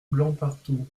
blancpartout